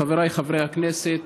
חבריי חברי הכנסת,